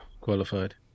qualified